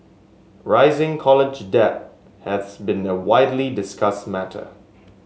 rising college debt has been a widely discussed matter